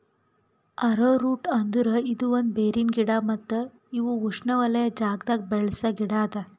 arrowroot ಅಂದುರ್ ಇದು ಒಂದ್ ಬೇರಿನ ಗಿಡ ಮತ್ತ ಇವು ಉಷ್ಣೆವಲಯದ್ ಜಾಗದಾಗ್ ಬೆಳಸ ಗಿಡ ಅದಾ